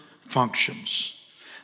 functions